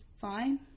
fine